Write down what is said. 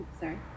Sorry